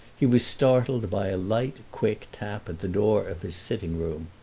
he was startled by a light, quick tap at the door of his sitting-room.